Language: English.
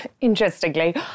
interestingly